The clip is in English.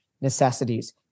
necessities